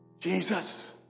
Jesus